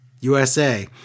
USA